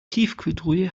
tiefkühltruhe